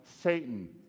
Satan